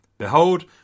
Behold